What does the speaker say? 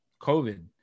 COVID